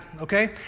okay